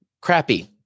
crappy